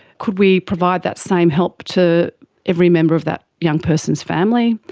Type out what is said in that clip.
could we provide that same help to every member of that young person's family?